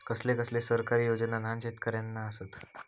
कसले कसले सरकारी योजना न्हान शेतकऱ्यांना आसत?